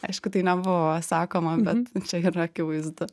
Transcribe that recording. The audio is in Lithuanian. aišku tai nebuvo sakoma bet čia yra akivaizdu